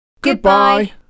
Goodbye